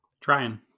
Trying